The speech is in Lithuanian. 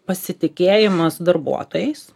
pasitikėjimas darbuotojais